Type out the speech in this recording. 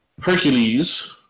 Hercules